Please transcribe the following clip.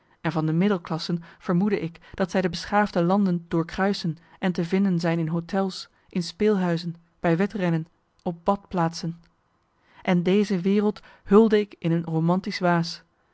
en van de middelklassen vermoedde ik dat zij de beschaafde landen doorkruisen en te vinden zijn in hôtels in speelhuizen bij wedrennen op badplaatsen en deze wereld hulde ik in een romantisch waas